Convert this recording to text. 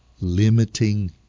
limiting